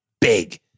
Big